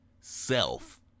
Self